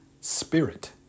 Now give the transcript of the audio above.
spirit